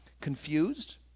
confused